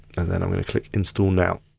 and then i'm gonna click instal now.